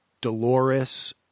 Dolores